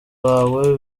bawe